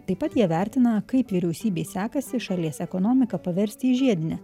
taip pat jie vertina kaip vyriausybei sekasi šalies ekonomiką paversti į žiedinę